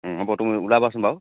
ও হ'ব তুমি ওলাবাচোন বাৰু